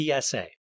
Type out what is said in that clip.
PSA